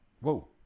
whoa